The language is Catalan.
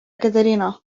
caterina